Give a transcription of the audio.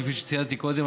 כפי שציינתי קודם,